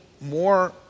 more